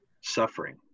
suffering